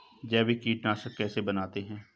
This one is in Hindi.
जैविक कीटनाशक कैसे बनाते हैं?